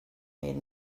made